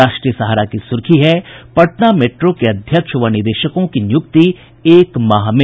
राष्ट्रीय सहारा की सुर्खी है पटना मेट्रो के अध्यक्ष व निदेशकों की नियुक्ति एक माह में